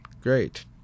Great